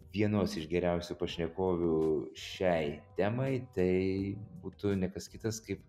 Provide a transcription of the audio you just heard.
vienos iš geriausių pašnekovių šiai temai tai būtų ne kas kitas kaip